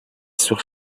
sur